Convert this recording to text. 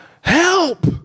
help